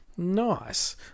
nice